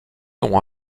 ont